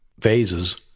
phases